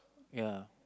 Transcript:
ya